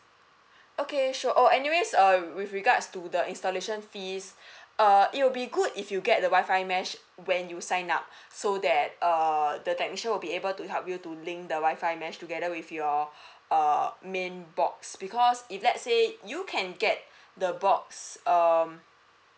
okay sure oh anyways um with regards to the installation fees err it will be good if you get the WI-FI mesh when you sign up so that err the technician will be able to help you to link the WI-FI mesh together with your err main box because if let say you can get the box um